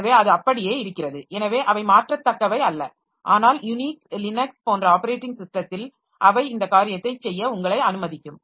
எனவே அது அப்படியே இருக்கிறது எனவே அவை மாற்றத்தக்கவை அல்ல ஆனால் யூனிக்ஸ் லினக்ஸ் போன்ற ஆப்பரேட்டிங் ஸிஸ்டத்தில் அவை இந்த காரியத்தைச் செய்ய உங்களை அனுமதிக்கும்